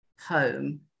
home